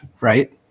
right